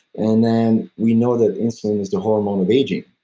and then we know that insulin is the hormone of aging.